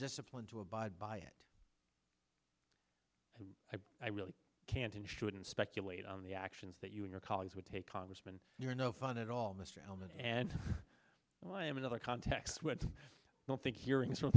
discipline to abide by it and i really can't and shouldn't speculate on the actions that you and your colleagues would take congressman you're no fun at all mr hellman and why i am in other contexts would not think hearing